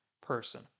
person